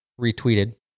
retweeted